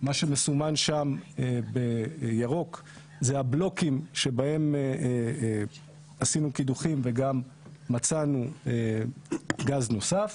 מה שמסומן שם בירוק זה הבלוקים שבהם עשינו קידוחים וגם מצאנו גז נוסף,